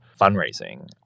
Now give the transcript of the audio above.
fundraising